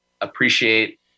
appreciate